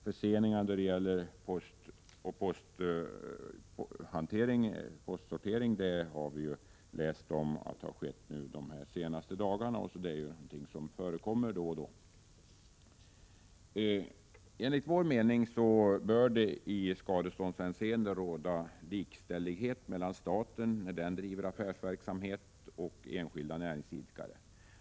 Förseningar vid postsorteringen har vi kunnat läsa om de senaste dagarna. Sådant förekommer då och då. Enligt min mening bör det i skadeståndshänseende råda likställighet mellan staten, när den driver affärsverksamhet, och enskilda näringsidkare.